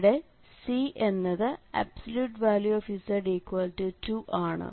ഇവിടെ C എന്നത് z2 ആണ്